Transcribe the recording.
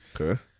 Okay